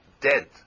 dead